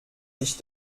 sich